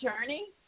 journey